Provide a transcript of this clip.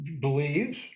believes